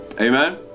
Amen